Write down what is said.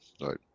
Right